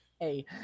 Hey